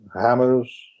hammers